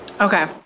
okay